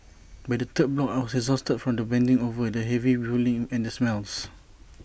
by the third block I was exhausted from the bending over the heavy pulling and the smells